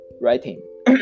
writing